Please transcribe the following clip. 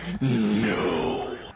No